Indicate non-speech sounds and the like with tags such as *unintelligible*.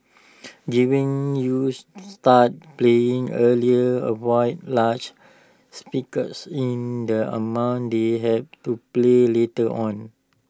giving users *unintelligible* start paying earlier avoids large speakers in the amount they have to play litter on